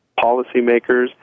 policymakers